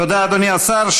תודה, אדוני השר.